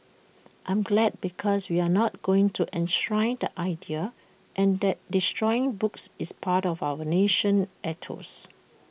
I'm glad because we're not going to enshrine the idea and that destroying books is part of our national ethos